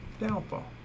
downfall